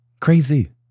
crazy